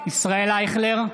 ישראל אייכלר,